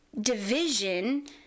division